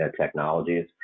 technologies